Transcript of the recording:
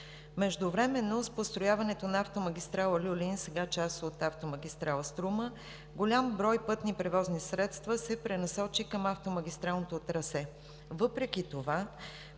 Междувременно с построяване на автомагистрала „Люлин“, сега част от автомагистрала „Струма“, голям брой пътни превозни средства се пренасочи към автомагистралното трасе. Въпреки това